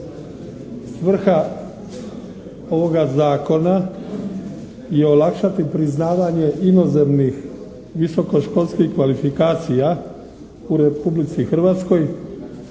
Svrha ovoga zakona je olakšati priznavanje inozemnih visokoškolskih kvalifikacija u Republici Hrvatskoj